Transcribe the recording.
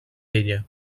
ella